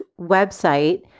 website